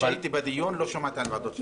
כשהייתי בדיון לא שמעתי על ועדות שחרורים.